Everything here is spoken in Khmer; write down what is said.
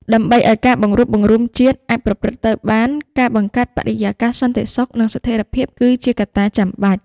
ដើម្បីឱ្យការបង្រួបបង្រួមជាតិអាចប្រព្រឹត្តទៅបាន ការបង្កើតបរិយាកាសសន្តិសុខ និងស្ថិរភាពគឺជាកត្តាចាំបាច់។